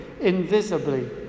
invisibly